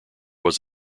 was